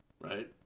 Right